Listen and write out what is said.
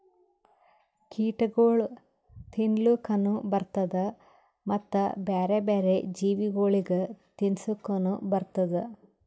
ಕೀಟಗೊಳ್ ತಿನ್ಲುಕನು ಬರ್ತ್ತುದ ಮತ್ತ ಬ್ಯಾರೆ ಬ್ಯಾರೆ ಜೀವಿಗೊಳಿಗ್ ತಿನ್ಸುಕನು ಬರ್ತ್ತುದ